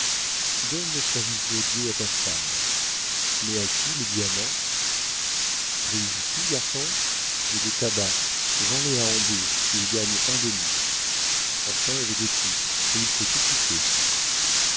donne le service d'odiot à ta femme mais à qui les diamants prises tu garçon j'ai des tabacs vends les à hambourg ils gagnent un demi enfin j'ai de tout et il faut tout quitter